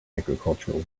agricultural